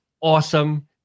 awesome